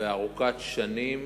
וארוכת שנים